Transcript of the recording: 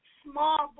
small